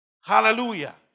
hallelujah